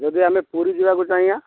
ଯଦି ଆମେ ପୁରୀ ଯିବାକୁ ଚାହିଁବା